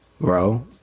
bro